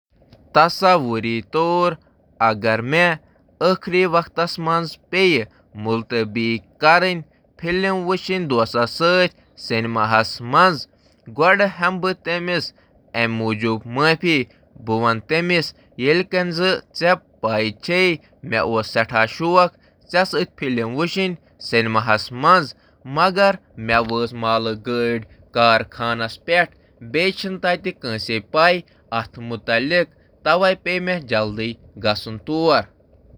تصور کٔرِو، اگر مےٚ پننِس دوستَس سۭتۍ فِلم وٕچھُن کینسل کرُن چھُ اَمہِ برٛونٛہہ زِ بہٕ ہٮ۪کہٕ أمِس معذرت کٔرِتھ بہٕ اوسُس خۄش، مےٚ چھِ تۄہہِ سۭتۍ اکھ فِلم وٕچھٕنۍ۔ مگر اکھ مال گیڈ ووت امہِ مۄکھٕ پیٚیہِ مےٚ مال گیڈ رٹنہٕ خٲطرٕ گژھُن۔